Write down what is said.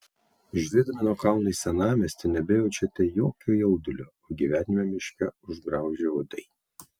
žiūrėdami nuo kalno į senamiestį nebejaučiate jokio jaudulio o gyvenimą miške užgraužė uodai